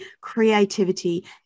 creativity